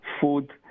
food